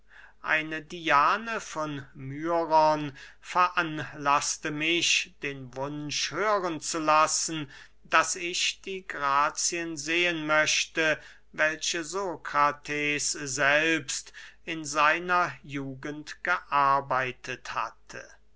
eine diane von myron veranlaßte mich den wunsch hören zu lassen daß ich die grazien sehen möchte welche sokrates selbst in seiner jugend gearbeitet hatte